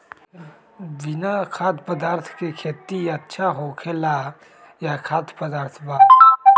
बिना खाद्य पदार्थ के खेती अच्छा होखेला या खाद्य पदार्थ वाला?